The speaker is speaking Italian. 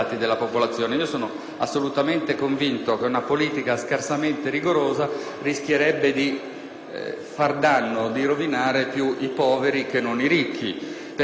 assolutamente convinto che una politica scarsamente rigorosa rischierebbe di rovinare più i poveri che non i ricchi.